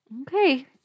Okay